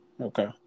okay